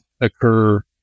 occur